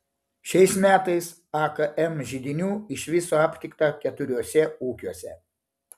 šiais metais akm židinių iš viso aptikta keturiuose ūkiuose